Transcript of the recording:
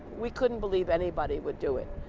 we couldn't believe anybody would do it,